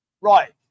Right